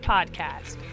Podcast